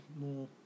more